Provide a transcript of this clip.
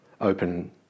open